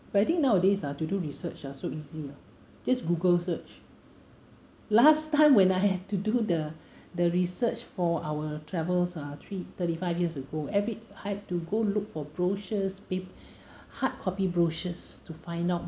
but I think nowadays ah to do research ah so easy oh just google search last time when I had to do the the research for our travels ah three thirty five years ago every I had to go look for brochures pap~ hard copy brochures to find out